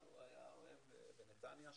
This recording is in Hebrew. הוא היה בנתניה שם,